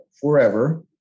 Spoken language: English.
forever